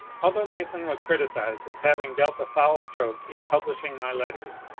although mason was criticised as having dealt a foul stroke in publishing my letters,